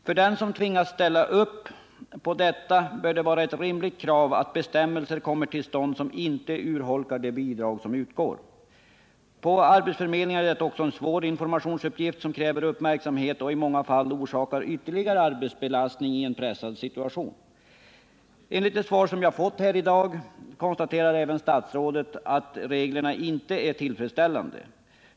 För den som tvingas flytta av arbetsmarknadsskäl bör det vara ett rimligt krav, att det skapas bestämmelser som inte urholkar de bidrag som utgår. Att informera om vad som gäller på detta område är en svår uppgift för arbetsförmedlingarna, vilken kräver uppmärksamhet och i många fall orsakar ytterligare belastning i en pressad arbetssituation. I det svar som jag fått här i dag konstaterar statsrådet, att reglerna inte är tillfredsställande.